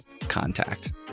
contact